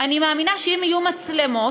אני מאמינה שאם יהיו מצלמות